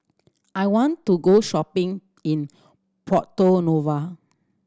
I want to go shopping in Porto Novo